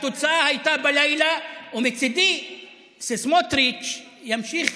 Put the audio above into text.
התוצאה הייתה בלילה, ומצידי שסמוטריץ' ימשיך